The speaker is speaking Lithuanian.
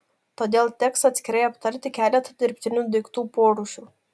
todėl teks atskirai aptarti keletą dirbtinių daiktų porūšių